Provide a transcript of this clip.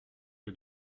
que